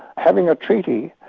having a treaty,